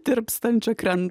tirpstančia kren